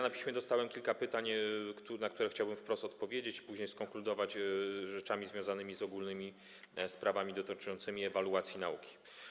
Na piśmie dostałem kilka pytań, na które chciałbym wprost odpowiedzieć, a później skonkludować to rzeczami związanymi z ogólnymi sprawami dotyczącymi ewaluacji nauki.